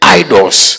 idols